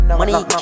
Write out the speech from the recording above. Money